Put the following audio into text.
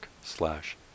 slash